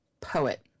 poet